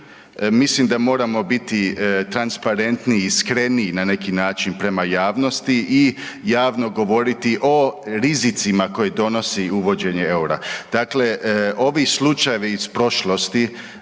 mislim da moramo biti transparentni i iskreni na neki način prema javnosti i javno govoriti o rizicima koje donosi uvođenje EUR-a. Dakle, ovi slučajevi iz prošlosti,